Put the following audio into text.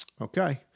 Okay